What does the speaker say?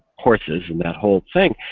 horses and that whole thing,